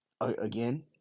again